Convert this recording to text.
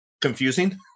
confusing